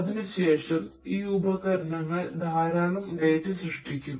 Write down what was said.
അതിനുശേഷം ഈ ഉപകരണങ്ങൾ ധാരാളം ഡാറ്റ സൃഷ്ടിക്കും